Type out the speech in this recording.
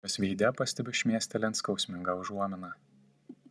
jos veide pastebiu šmėstelint skausmingą užuominą